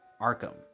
Arkham